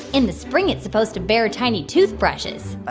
in the spring, it's supposed to bear tiny toothbrushes ah.